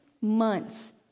months